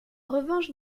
revanche